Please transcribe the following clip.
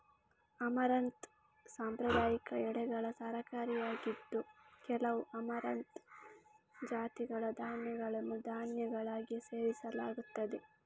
amaranth ಸಾಂಪ್ರದಾಯಿಕ ಎಲೆಗಳ ತರಕಾರಿಯಾಗಿದ್ದು, ಕೆಲವು ಅಮರಂಥ್ ಜಾತಿಗಳ ಧಾನ್ಯಗಳನ್ನು ಧಾನ್ಯಗಳಾಗಿ ಸೇವಿಸಲಾಗುತ್ತದೆ